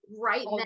right